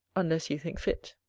unless you think fit.